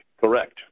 Correct